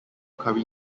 curry